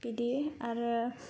बिदि आरो